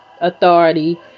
authority